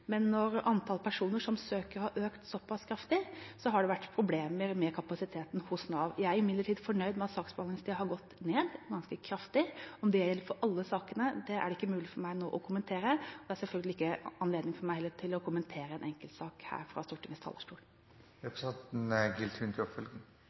men når antallet personer som søker, har økt såpass kraftig, har det vært problemer med kapasiteten hos Nav. Jeg er imidlertid fornøyd med at saksbehandlingstiden har gått ned ganske kraftig. Om det gjelder for alle sakene, er det ikke mulig for meg å kommentere nå. Jeg har selvfølgelig heller ikke anledning til å kommentere en enkeltsak her fra Stortingets talerstol.